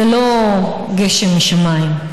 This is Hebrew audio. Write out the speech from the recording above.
זה לא גשם משמיים.